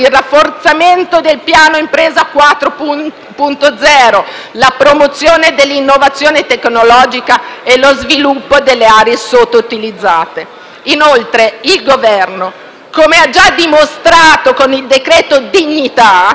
la promozione dell'innovazione tecnologica e lo sviluppo delle aree sottoutilizzate. Inoltre, il Governo, come ha già dimostrato con il decreto dignità, è impegnato a migliorare l'inclusione sociale, a lottare